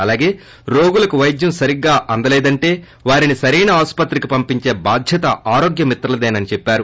అలాగే రోగులకు వైద్యం సరిగ్గా అందలేదంటే వారిని సరైన ఆస్పత్రికి పంపించే బాధ్యత ఆరోగ్య మిత్రలదేనని చెప్పారు